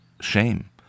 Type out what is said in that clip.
shame